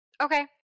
Okay